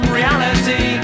reality